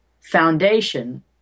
foundation